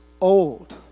old